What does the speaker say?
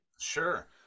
Sure